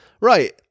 Right